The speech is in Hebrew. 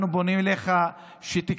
אנחנו פונים אליך שתיכנס,